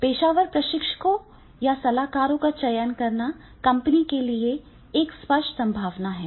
इसलिए पेशेवर प्रशिक्षकों या सलाहकारों का चयन करना कंपनियों के लिए एक स्पष्ट संभावना है